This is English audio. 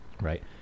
right